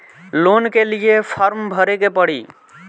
Loan के लिए form भरे के पड़ी?